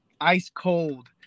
ice-cold